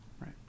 Right